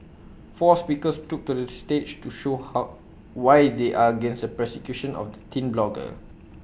four speakers took to the stage to show how why they are against the persecution of the teen blogger